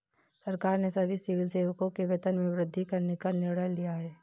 सरकार ने सभी सिविल सेवकों के वेतन में वृद्धि करने का निर्णय लिया है